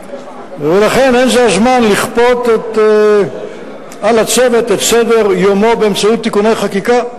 ולכן אין זה הזמן לכפות על הצוות את סדר-יומו באמצעות תיקוני חקיקה.